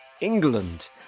England